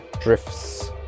drifts